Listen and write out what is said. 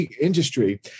industry